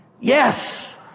Yes